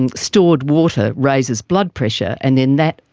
and stored water raises blood pressure and then that,